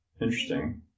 Interesting